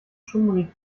schummrig